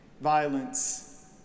violence